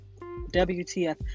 WTF